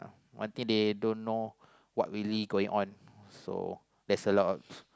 but in they don't know what really going on so there's a lot of